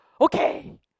okay